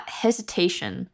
hesitation